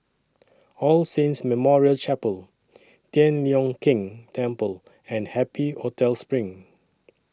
All Saints Memorial Chapel Tian Leong Keng Temple and Happy Hotel SPRING